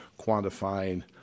quantifying